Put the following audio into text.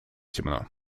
темно